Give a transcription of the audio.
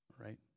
right